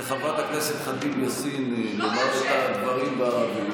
לחברת הכנסת ח'טיב יאסין לומר את הדברים בערבית.